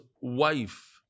wife